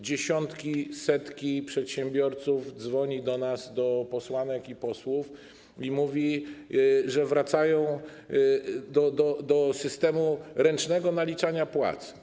Dziesiątki, setki przedsiębiorców dzwoni do nas, do posłanek i posłów, i mówi, że wracają do systemu ręcznego naliczania płac.